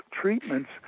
treatments